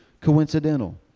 coincidental